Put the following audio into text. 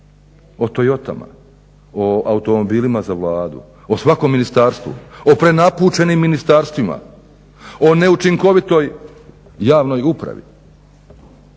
O Toyotama, o automobilima za Vladu, o svakom ministarstvu, o prenapučenim ministarstvima, o neučinkovitoj javnoj upravi.